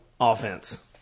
offense